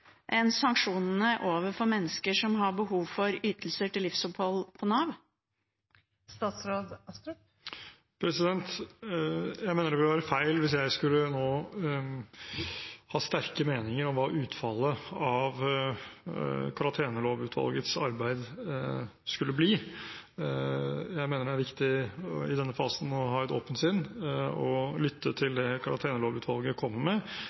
sanksjonene overfor mennesker som har behov for ytelser til livsopphold på Nav? Jeg mener det vil være feil hvis jeg nå skulle ha sterke meninger om hva utfallet av karantenelovutvalgets arbeid skulle bli. Jeg mener det er viktig i denne fasen å ha et åpent sinn og lytte til det karantenelovutvalget kommer med,